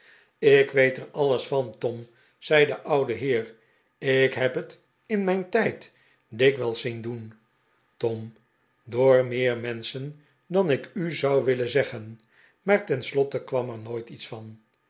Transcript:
ik weet er alles van tom zei de oude heer ik heb het in mijn tijd dikwijls zien doen tom door meer menschen dan ik u zou willen zeggen maar ten slotte kwam er nooit iets van